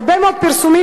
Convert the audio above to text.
הרבה מאוד פרסומים,